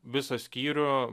visą skyrių